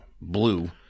blue